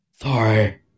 Sorry